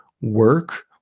work